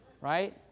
right